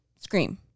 Scream